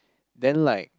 then like